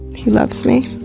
he loves me.